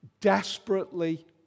desperately